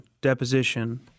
deposition